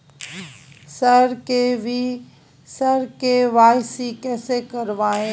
sir KYC कैसे करवाएं